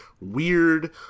weird